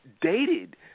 dated